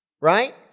Right